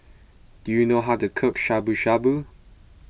do you know how to cook Shabu Shabu